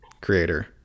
creator